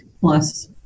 plus